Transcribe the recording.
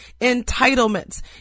entitlements